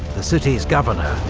the city's governor,